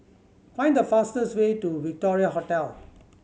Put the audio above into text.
find the fastest way to Victoria Hotel